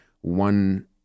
one